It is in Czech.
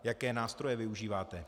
Jaké nástroje využíváte?